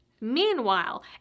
Meanwhile